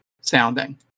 sounding